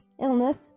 illness